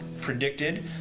predicted